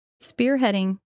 Spearheading